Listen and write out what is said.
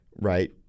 right